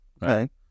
Right